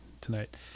tonight